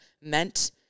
meant